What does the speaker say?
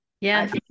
Yes